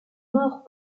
morts